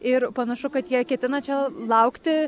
ir panašu kad jie ketina čia laukti